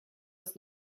aus